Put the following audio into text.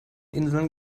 inseln